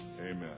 Amen